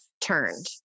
turned